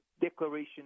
Declaration